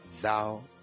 Thou